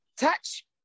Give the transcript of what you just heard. touch